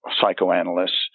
psychoanalysts